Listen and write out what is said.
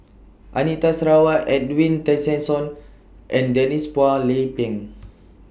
Anita Sarawak Edwin Tessensohn and Denise Phua Lay Peng